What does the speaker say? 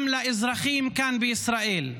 גם לאזרחים כאן בישראל,